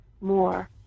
more